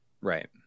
Right